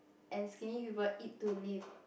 and skinny people eat to live